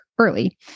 Early